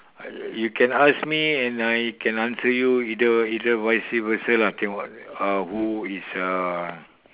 you can ask me and I can answer you either either vice versa lah then what who is uh